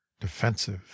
defensive